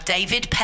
David